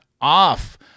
off